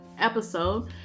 episode